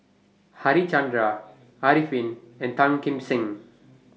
Harichandra Arifin and Tan Kim Seng